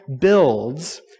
builds